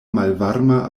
malvarma